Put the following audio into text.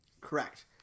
Correct